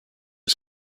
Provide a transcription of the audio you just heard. his